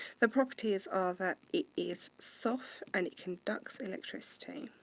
the properties are that it is soft and it conducts electricity.